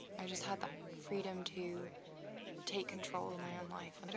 i just had that freedom to take control of my own life. and